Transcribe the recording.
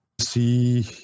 see